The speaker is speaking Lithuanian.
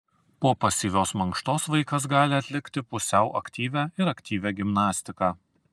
po pasyvios mankštos vaikas gali atlikti pusiau aktyvią ir aktyvią gimnastiką